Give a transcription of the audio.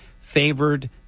favored